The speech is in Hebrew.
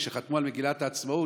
כשחתמו על מגילת העצמאות,